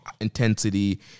intensity